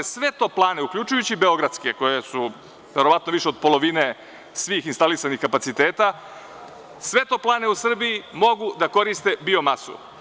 Sve toplane, uključujući i beogradske koje su verovatno više od polovine svih instalisanih kapaciteta, sve toplane u Srbiji mogu da koriste biomasu.